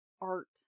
art